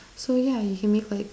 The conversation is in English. so yeah you can make like